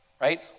right